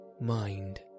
Mind